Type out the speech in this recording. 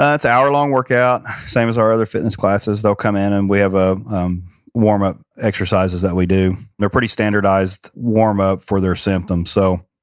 ah it's an hour-long workout, same as our other fitness classes. they'll come in and we have ah warmup exercises that we do. they're pretty standardized warmup for their symptoms. so,